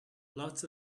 lots